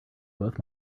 both